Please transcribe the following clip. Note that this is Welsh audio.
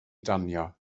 danio